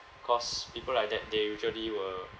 cause people like that they usually will